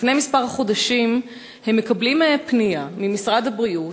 לפני כמה חודשים הם מקבלים פנייה ממשרד הבריאות,